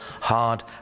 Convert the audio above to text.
hard